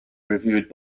reviewed